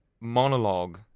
monologue